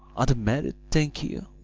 are they married, think you?